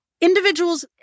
individuals